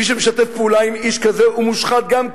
מי שמשתף פעולה עם איש כזה הוא מושחת גם כן.